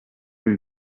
rue